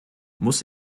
muss